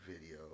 video